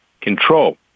control